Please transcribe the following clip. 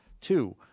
two